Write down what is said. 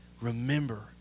Remember